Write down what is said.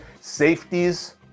safeties